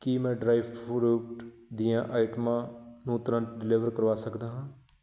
ਕੀ ਮੈਂ dry fruit ਦੀਆਂ ਆਈਟਮਾਂ ਨੂੰ ਤੁਰੰਤ ਡਿਲੀਵਰ ਕਰਵਾ ਸਕਦਾ ਹਾਂ